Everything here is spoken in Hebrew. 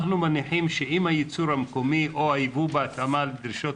אנחנו מניחים שאם הייצור המקומי או היבוא בהתאמה לדרישות